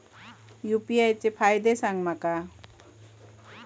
UPI चे फायदे सांगा माका?